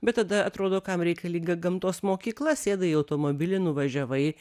bet tada atrodo kam reikalinga gamtos mokykla sėdai į automobilį nuvažiavai